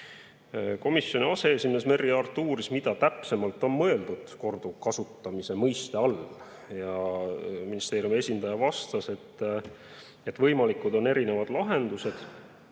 Komisjoni aseesimees Merry Aart uuris, mida täpsemalt on mõeldud korduvkasutamise all. Ministeeriumi esindaja vastas, et võimalikud on erinevad lahendused,